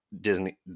disney